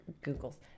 google's